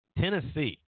Tennessee